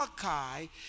Malachi